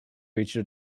reached